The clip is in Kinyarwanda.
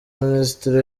minisitiri